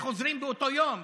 וחוזרים באותו יום,